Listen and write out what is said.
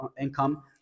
income